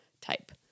type